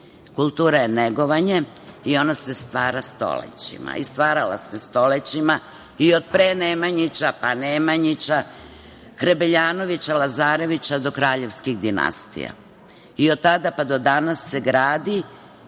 Kultura je negovanje i ona se stvara stolećima i stvarala se stolećima, i od pre Nemanjića, pa Nemanjići, Hrebeljanovića, Lazarevića, do kraljevskih dinastija. Od tada, pa do danas se gradi